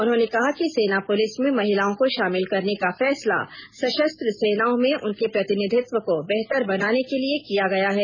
उन्होंने कहा कि सेना पुलिस में महिलाओं को शामिल करने का फैसला सशस्त्र सेनाओं में उनके प्रतिनिधित्व को बेहतर बनाने के लिए किया गया है